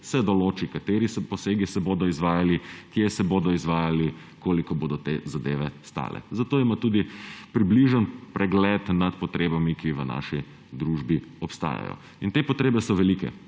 se določi, kateri posegi se bodo izvajali, kje se bodo izvajali, koliko bodo te zadeve stale. Zato ima tudi približen pregled nad potrebami, ki v naši družbi obstajajo. In te potrebe so velike.